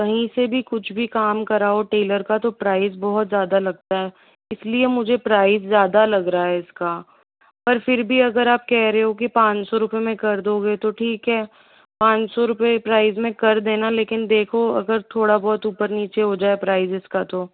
कहीं से भी कुछ भी काम कराओ टेलर का तो प्राइस बहुत ज़्यादा लगता है इसलिए मुझे प्राइज़ ज़्यादा लग रहा है इस का पर फ़िर भी अगर आप कह रहे हो कि पाँच सौ रुपये में कर दोगे तो ठीक है पाँच सौ रुपये प्राइस में कर देना लेकिन देखो अगर थोड़ा बहुत ऊपर नीचे हो जाए प्राइजेस का तो